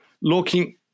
looking